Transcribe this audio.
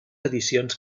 edicions